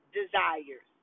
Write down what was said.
desires